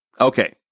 Okay